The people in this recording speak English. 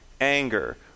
anger